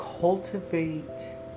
Cultivate